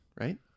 right